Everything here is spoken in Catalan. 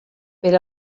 per